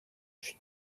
she